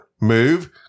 Move